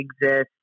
exist